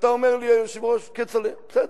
ואתה אומר לי, היושב-ראש: כצל'ה, בסדר.